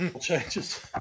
changes